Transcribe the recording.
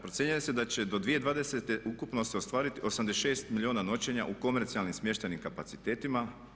Procjenjuje se da će do 2020. ukupno se ostvariti 86 milijuna noćenja u komercijalnim smještajnim kapacitetima.